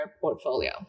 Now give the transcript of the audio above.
portfolio